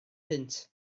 punt